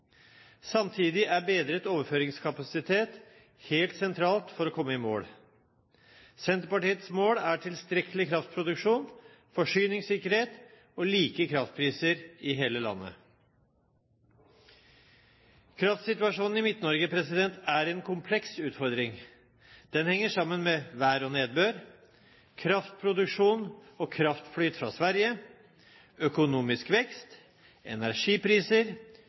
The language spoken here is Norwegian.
Samtidig er bedret overføringskapasitet helt sentralt for å komme i mål. Senterpartiets mål er tilstrekkelig kraftproduksjon, forsyningssikkerhet og like kraftpriser i hele landet. Kraftsituasjonen i Midt-Norge er en kompleks utfordring. Den henger sammen med vær og nedbør, kraftproduksjon og kraftflyt fra Sverige, økonomisk vekst, energipriser,